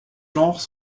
genres